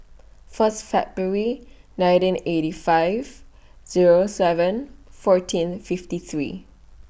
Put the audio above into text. First February nineteen eighty five Zero seven fourteen fifty three